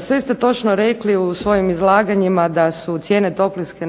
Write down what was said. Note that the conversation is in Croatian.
Sve ste točno rekli u svojim izlaganjima da su cijene toplinske